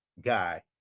guy